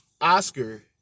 Oscar